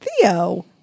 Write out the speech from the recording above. Theo